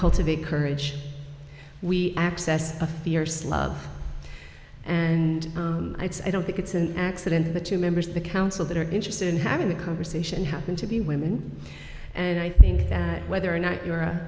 cultivate courage we access a fierce love and it's i don't think it's an accident the two members of the council that are interested in having the conversation happen to be women and i think that whether or not you